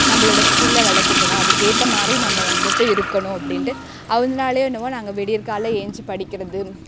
நம்மளோட ஸ்கில்ல வளர்த்துக்கணும் அதுக்கேற்ற மாதிரி நம்ம வந்துட்டு இருக்கணும் அப்படின்ட்டு அதனாலையோ என்னவோ நாங்கள் விடியற்காலைல எந்ச்சி படிக்கிறது